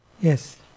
Yes